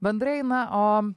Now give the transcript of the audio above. bendrai na o